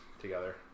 together